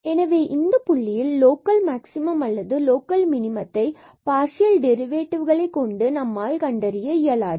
எனவே இந்த புள்ளியில் லோக்கல் மேக்ஸிமம் அல்லது லோக்கல் மினிமத்தை பார்சியல் டெரிவேடிவ்களை கொண்டு நம்மால் கண்டறிய இயலாது